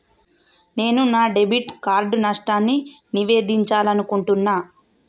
నేను నా debit card నష్టాన్ని నివేదించాలనుకుంటున్నా